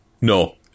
no